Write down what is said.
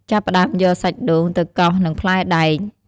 ចាប់ផ្ដើមយកសាច់ដូងទៅកោសនឹងផ្លែដែក។